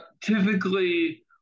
typically